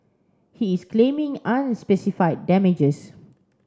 he is claiming unspecified damages